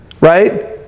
right